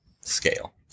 scale